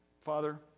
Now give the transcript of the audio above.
Father